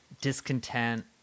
discontent